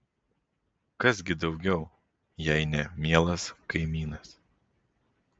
kas gi daugiau jei ne mielas kaimynas